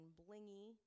blingy